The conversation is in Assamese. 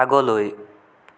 আগলৈ